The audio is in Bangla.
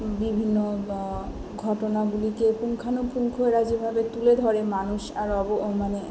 বিভিন্ন ঘটনাগুলিকে পুঙ্খানুপুঙ্খ ওরা যেভাবে তুলে ধরে মানুষ আর মানে